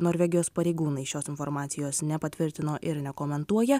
norvegijos pareigūnai šios informacijos nepatvirtino ir nekomentuoja